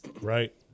right